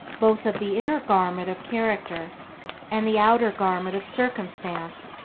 both of the inner garment of character and the outer garment of circumstance,